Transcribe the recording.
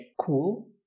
cool